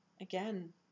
again